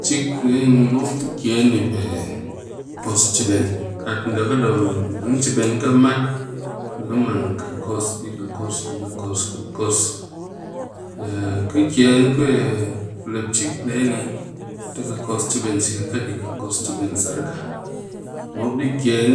Chek nde ni mop di ken ni pe kos cheben, kat nga ki dom dang cheben ka mat be ki mang ka kos di, kos di be ken chek ni ti kos cheben sihi ka di kos cheben sar ka mop di ken